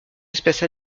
espèces